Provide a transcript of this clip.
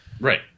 Right